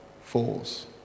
falls